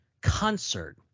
concert